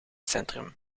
centrum